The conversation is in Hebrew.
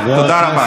תודה רבה.